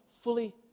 fully